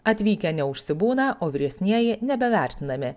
atvykę neužsibūna o vyresnieji nebevertinami